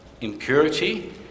impurity